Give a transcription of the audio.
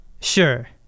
Sure